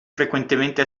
frequentemente